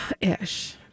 ish